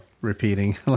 repeating